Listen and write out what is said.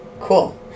Cool